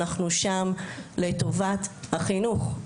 אנחנו שם לטובת החינוך,